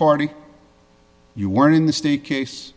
party you weren't in the state case